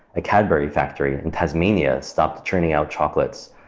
a cadbury factory in tasmania stopped churning out chocolates.